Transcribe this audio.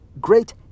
great